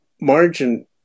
margin